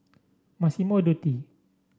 Massimo Dutti